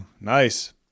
nice